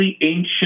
ancient